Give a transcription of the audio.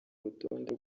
urutonde